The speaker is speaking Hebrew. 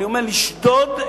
אני אומר: לשדוד,